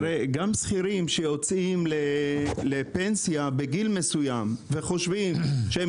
גם שכירים שיוצאים לפנסיה בגיל מסוים וחושבים שהם